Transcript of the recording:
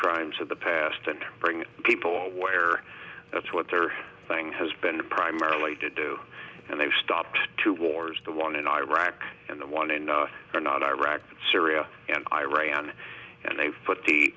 crimes of the past and bring people aware that's what their thing has been primarily to do and they've stopped two wars the one in iraq and the one in are not iraq syria and iran and they've put the